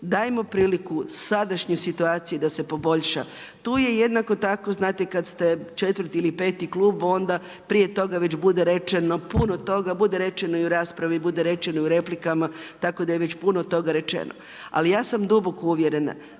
dajmo priliku sadašnjoj situaciji da se poboljša. Tu je jednako tako znate kad ste četvrti ili peti klub onda prije toga već bude rečeno puno toga, bude rečeno i u raspravi, bude rečeno i u replikama, tako da je već puno toga rečeno. Ali ja sam duboko uvjerena